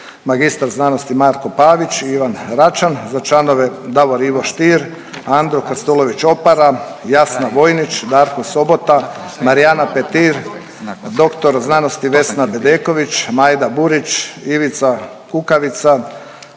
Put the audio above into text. mag. sc. Marko Pavić i Ivan Račan, za članove Davor Ivo Stier, Andro Krstulović Opara, Jasna Vojnić, Darko Sobota, Marijana Petir, dr. sc. Vesna Bedeković, Majda Burić, Ivica Kukavica,